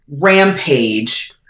rampage